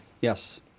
Yes